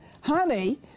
Honey